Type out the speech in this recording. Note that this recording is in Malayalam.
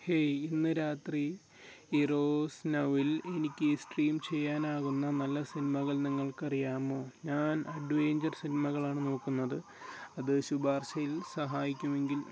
ഹേയ് ഇന്ന് രാത്രി ഇറോസ് നൗവിൽ എനിക്ക് സ്ട്രീം ചെയ്യാനാകുന്ന നല്ല സിനിമകൾ നിങ്ങൾക്കറിയാമോ ഞാൻ അഡ്വേഞ്ചർ സിനിമകളാണ് നോക്കുന്നത് അത് ശുപാർശയിൽ സഹായിക്കുമെങ്കിൽ